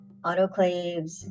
autoclaves